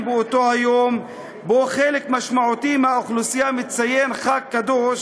באותו יום שחלק משמעותי מהאוכלוסייה מציין חג קדוש